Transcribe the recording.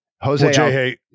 Jose